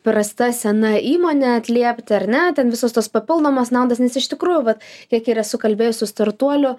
prasta sena įmonė atliepti ar ne ten visos tos papildomos naudos nes iš tikrųjų va kiek ir esu kalbėjus su startuolių